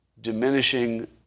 diminishing